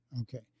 Okay